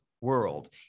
world